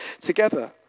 together